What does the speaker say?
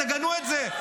תגנו את זה,